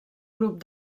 grup